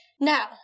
now